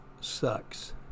sucks